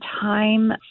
time